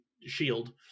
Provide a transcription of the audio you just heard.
shield